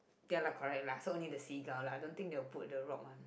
ya lah correct lah so only the seagull lah I don't think they will put the rock on